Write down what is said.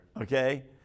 Okay